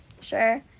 Sure